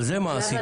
על זה מה עשיתם?